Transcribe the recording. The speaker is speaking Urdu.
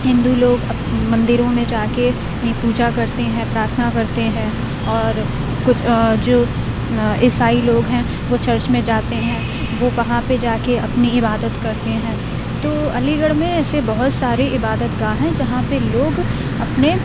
ہندو لوگ اپ مندروں میں جا کے اپنی پوجا کرتے ہیں پرارتھنا کرتے ہیں اور کچھ جو عیسائی لوگ ہیں وہ چرج میں جاتے ہیں وہ وہاں پہ جا کے اپنی عبادت کرتے ہیں تو علی گڑھ میں ایسے بہت سارے عبادت گاہ ہیں جہاں پہ لوگ اپنے